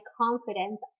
confidence